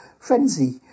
frenzy